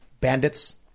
Bandits